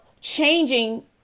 changing